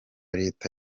leta